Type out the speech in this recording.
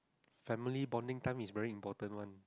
family bonding time is very important one